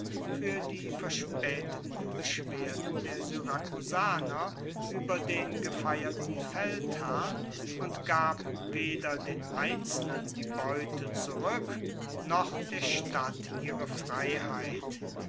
fuer die verspaeteten beschwerden der syrakusaner ueber den gefeierten feldherrn und gab weder den einzelnen die beute zurueck noch der stadt ihre freiheit